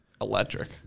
electric